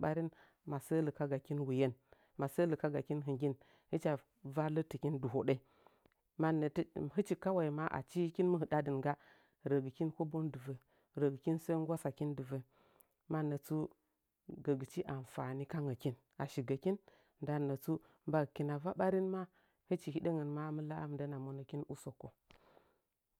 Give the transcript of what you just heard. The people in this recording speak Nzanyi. ɓari maso likagakin wuyen masə likagakin hɨgen hɨcha vallifikin dɨhoɗo manna hɨchi kawai ma achi hɨkin mɨ hɨɗa dɨn ngga rəgɨkin kobon dɨvə regɨkin sə ngwasakin mannatsu gəgɨchi amfani kangəkin a shigəkin ndan nətsu kina va ɓarin ma hɨchi hɨɗangən ma mɨ la'a mindən a monəkin usokko.